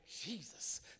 Jesus